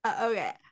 okay